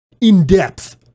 in-depth